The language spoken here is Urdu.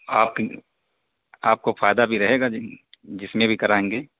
آپ آپ کو فائدہ بھی رہے گا جس میں بھی کرائیں گے